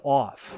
off